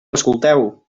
escolteu